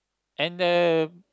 and the